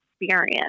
experience